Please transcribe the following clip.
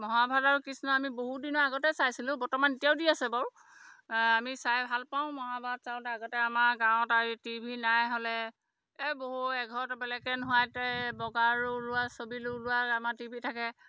মহাভাৰত আৰু কৃষ্ণ আমি বহুদিনৰ আগতে চাইছিলোঁ বৰ্তমান এতিয়াও দি আছে বাৰু আমি চাই ভাল পাওঁ মহাভাৰত চাওঁতে আগতে আমাৰ গাঁৱত আৰু টিভি নাই হ'লে এই বহু এঘৰত বেলেগে বগাৰো ওলোৱা ছবিলো ওলোৱা আমাৰ টিভি থাকে